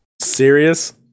Serious